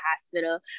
hospital